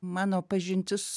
mano pažintis